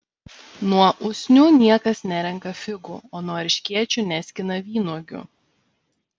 nuo usnių niekas nerenka figų o nuo erškėčių neskina vynuogių